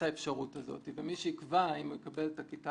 האפשרות הזאת ומי שיקבע אם הוא יקבל את הנער